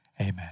Amen